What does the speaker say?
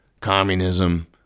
Communism